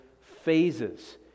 phases